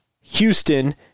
Houston